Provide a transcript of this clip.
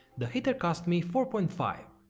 the heater cost me four point five,